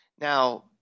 Now